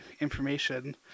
information